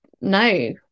no